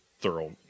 thorough